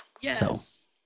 Yes